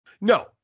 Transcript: No